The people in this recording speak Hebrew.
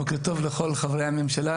בוקר טוב לכל חברי הממשלה